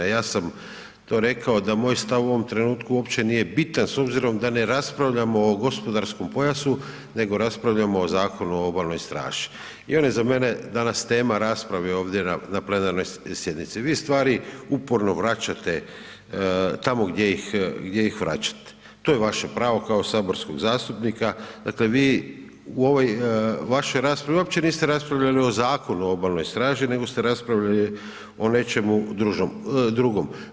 Ja sam to rekao da moj stav u ovom trenutku uopće nije bitan s obzirom da ne raspravljamo o gospodarskom pojasu, nego raspravljamo o Zakonu o obalnoj straži i on je za mene danas tema rasprave ovdje na plenarnoj sjednici, vi stvari uporno vraćate tamo gdje ih, gdje ih vraćate, to je vaše pravo kao saborskog zastupnika, dakle vi u ovoj vašoj raspravi uopće niste raspravljali o Zakonu o obalnoj straži, nego ste raspravljali o nečemu drugom.